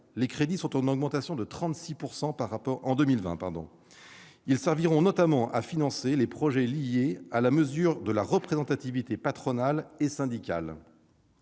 les crédits sont en augmentation de 36 % en 2020. Ils serviront notamment à financer les projets liés à la mesure de la représentativité patronale et syndicale.